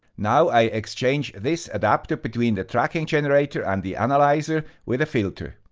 now i exchange this adapter between the tracking generator and the analyzer with a filter.